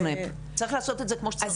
צריך לעשות את זה כמו שצריך.